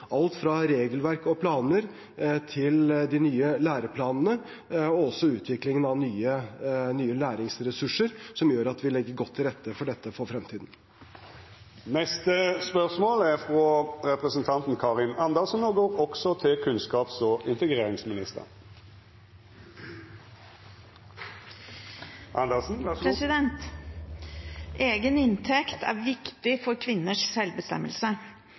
alt fra regelverk og planer til de nye læreplanene og også utviklingen av nye læringsressurser, som gjør at vi legger godt til rette for dette for fremtiden. «Egen inntekt er